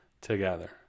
together